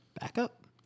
Backup